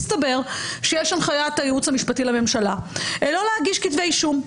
מסתבר שיש הנחייה של הייעוץ המשפטי לממשלה לא להגיש כתבי אישום.